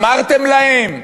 אמרתם להם?